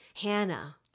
Hannah